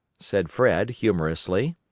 said fred, humorously.